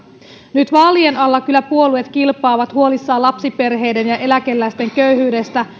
nyt vaalien alla kyllä puolueet kilpaa ovat huolissaan lapsiperheiden ja eläkeläisten köyhyydestä